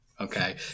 okay